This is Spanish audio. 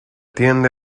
tiende